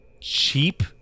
cheap